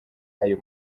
ayo